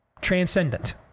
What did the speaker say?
Transcendent